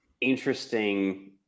interesting